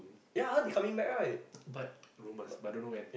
but rumors but don't know when